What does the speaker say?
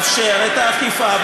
נא להצביע.